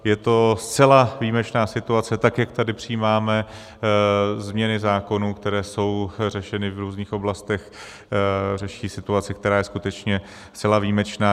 Je to zcela výjimečná situace, tak jak tady přijímáme změny zákonů, které jsou řešeny v různých oblastech, řeší situaci, která je skutečně zcela výjimečná.